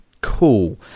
Cool